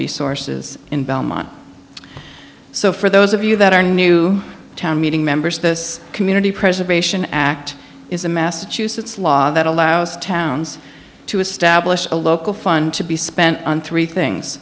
resources in belmont so for those of you that are new to town meeting members this community preservation act is a massachusetts law that allows towns to establish a local fund to be spent on three things